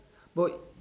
but